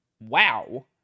Wow